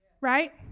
right